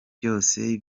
byose